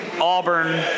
Auburn